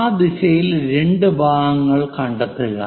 ആ ദിശയിൽ 2 ഭാഗങ്ങൾ കണ്ടെത്തുക